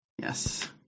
Yes